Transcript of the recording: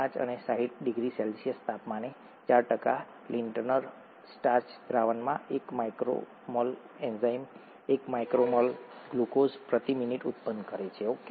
૫ અને ૬૦ degree Celsius તાપમાને ૪ Lintner starch દ્રાવણમાં ૧ micro mole enzyme ૧ micro mole glucose પ્રતિ મિનિટ ઉત્પન્ન કરે છે ઓકે